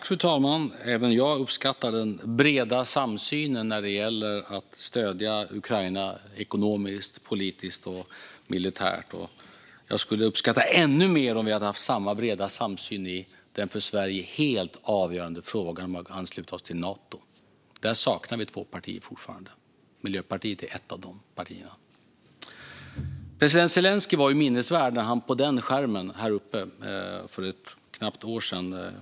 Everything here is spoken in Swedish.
Fru talman! Även jag uppskattar den breda samsynen när det gäller att stödja Ukraina ekonomiskt, politiskt och militärt. Jag skulle uppskatta ännu mer om vi hade haft samma breda samsyn i den för Sverige helt avgörande frågan om att ansluta oss till Nato. Där saknar vi fortfarande två partier, och Miljöpartiet är ett av dem. President Zelenskyj var minnesvärd när han var med oss på bildskärmen här uppe för knappt ett år sedan.